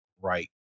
right